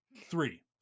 Three